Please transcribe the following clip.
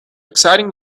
exciting